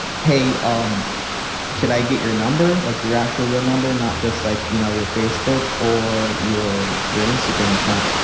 hey, um could i get your number? like, your actual, real number, not just, like, you know, your facebook or your your instagram account